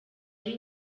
ari